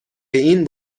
این